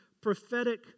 prophetic